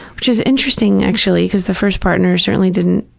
which is interesting, actually, because the first partner certainly didn't